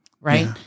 right